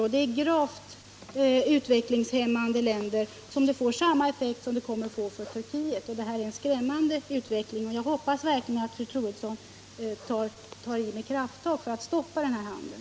Det gäller gravt utvecklingshämmade länder där försäljningen får samma effekt som i Turkiet. Det är en skrämmande utveckling, och jag hoppas verkligen att fru Troedsson tar i med krafttag för att stoppa denna handel.